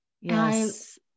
Yes